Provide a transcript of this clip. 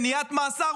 מניעת מאסר,